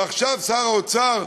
ועכשיו שר האוצר,